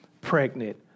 pregnant